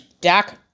Dak